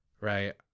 right